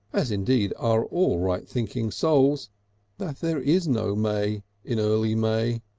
as indeed are all right thinking souls that there is no may in early may.